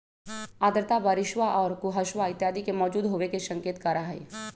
आर्द्रता बरिशवा और कुहसवा इत्यादि के मौजूद होवे के संकेत करा हई